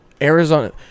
Arizona